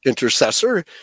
Intercessor